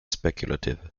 speculative